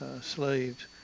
slaves